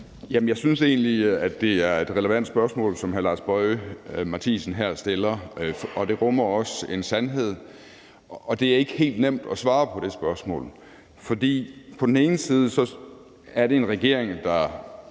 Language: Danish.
Jeg synes egentlig, det er et relevant spørgsmål, som hr. Lars Boje Mathiesen her stiller. Det rummer også en sandhed, og det er ikke helt nemt at svare på det spørgsmål. For på den ene side er det en regering, som